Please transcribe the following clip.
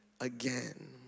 again